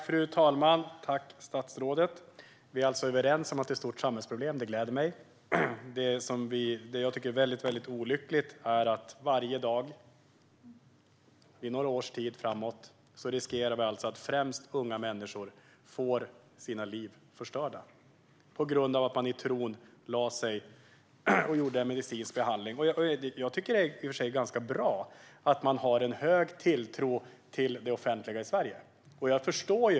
Fru talman! Det gläder mig att vi är överens om att detta är ett stort samhällsproblem. Det som jag tycker är mycket olyckligt är att främst unga människor varje dag under några år framåt kommer att få sina liv förstörda på grund av att de lägger sig ned för att genomgå det som de tror är en medicinsk behandling. Jag tycker i och för sig att det är ganska bra att man har en stor tilltro till det offentliga i Sverige.